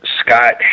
Scott